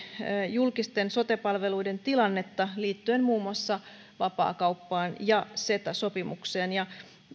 julkisten sote palveluiden tilanteesta ja pohti sitä laajasti liittyen muun muassa vapaakauppaan ja ceta sopimukseen ja